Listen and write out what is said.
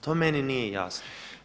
To meni nije jasno.